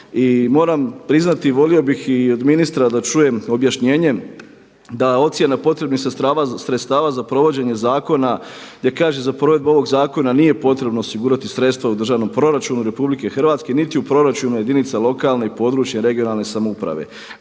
moram priznati i volio bih i od ministra da čujem objašnjenje da je ocjena potrebnih sredstava za provođenje zakona gdje kaže za provedbu ovog zakona nije potrebno osigurati sredstva u državnom proračunu RH niti u proračunu jedinica lokalne i područne regionalne samouprave.